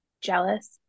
Jealous